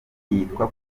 yitwa